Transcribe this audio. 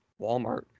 Walmart